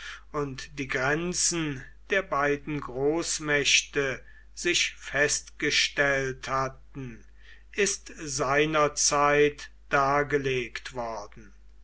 und die grenzen der beiden großmächte sich festgestellt hatten ist seinerzeit dargelegt worden